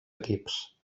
equips